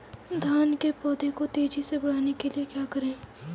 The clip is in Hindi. धान के पौधे को तेजी से बढ़ाने के लिए क्या करें?